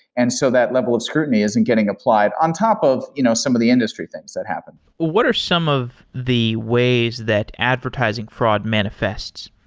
and so that level of scrutiny isn't getting applied on top of you know some of the industry things that happened. what are some of the ways that advertising fraud manifests?